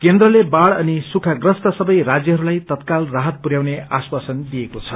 केन्द्रले बाढ़ अनि सुखाप्रस्त सबै राज्यजहरूलाई तत्काल राहत पुर्याउने आश्वासन दिएको छ